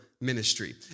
ministry